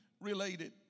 related